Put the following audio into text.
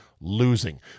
losing